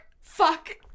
Fuck